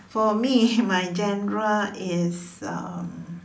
for me my genre is um